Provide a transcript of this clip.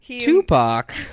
Tupac